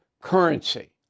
currency